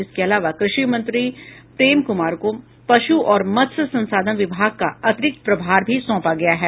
इनके अलावा कृषि मंत्री प्रेम कुमार को पशु और मत्स्य संसाधन विभाग का अतिरिक्त प्रभार भी सौंपा गया है